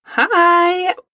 Hi